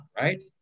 right